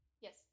Yes